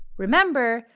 remember!